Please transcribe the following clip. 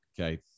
okay